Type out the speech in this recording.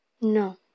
No